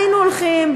היינו הולכים,